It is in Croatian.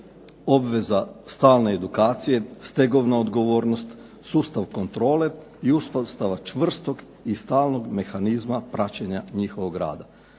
obveza stalne edukacije, stegovna odgovornost, sustav kontrole i uspostava čvrstog i stalnog mehanizma praćenja njihovog rada.